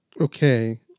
okay